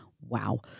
Wow